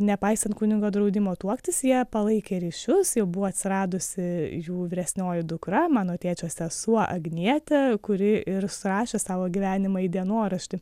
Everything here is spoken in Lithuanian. nepaisant kunigo draudimo tuoktis jie palaikė ryšius jau buvo atsiradusi jų vyresnioji dukra mano tėčio sesuo agnietė kuri ir surašė savo gyvenimą į dienoraštį